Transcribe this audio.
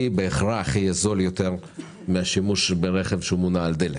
בהכרח יהיה זול יותר משימוש ברכב שמונע על דלק.